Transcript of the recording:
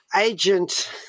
Agent